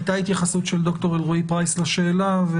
הייתה התייחסות של ד"ר אלרעי-פרייס לשאלה.